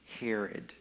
Herod